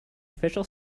official